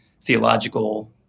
theological